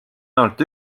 ainult